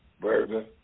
Burger